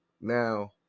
Now